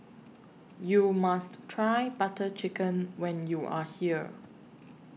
YOU must Try Butter Chicken when YOU Are here